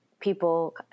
people